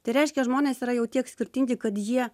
tai reiškia žmonės yra jau tiek skirtingi kad jie